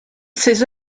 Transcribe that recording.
ses